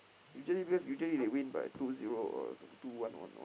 usually because usually they win by two zero or two two one on on